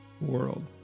world